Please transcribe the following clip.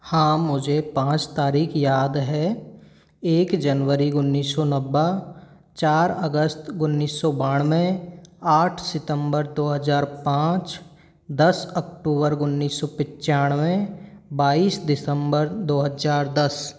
हाँ मुझे पाँच तारीख याद है एक जनवरी उन्नीस सौ नब्बे चार अगस्त उन्नीस सौ बानवे आठ सितंबर दो हज़ार पाँच दस अक्टूबर उन्नीस सौ पचानवे बाईस दिसंबर दो हज़ार दस